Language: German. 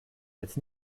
jetzt